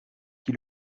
qui